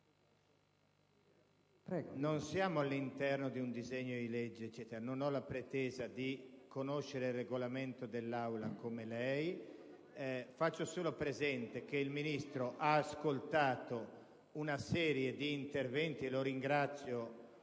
non siamo in sede di esame di un disegno di legge. Io non ho la pretesa di conoscere il Regolamento dell'Aula come lei, faccio solo presente che il Ministro ha ascoltato una serie di interventi, ed io la ringrazio